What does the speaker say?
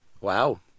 Wow